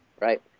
Right